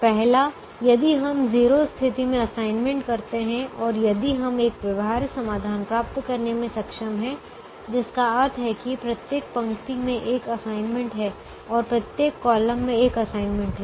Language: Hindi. पहला यदि हम 0 स्थिति में असाइनमेंट करते हैं और यदि हम एक व्यवहार्य समाधान प्राप्त करने में सक्षम हैं जिसका अर्थ है कि प्रत्येक पंक्ति में एक असाइनमेंट है और प्रत्येक कॉलम में एक असाइनमेंट है